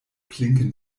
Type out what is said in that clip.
klinken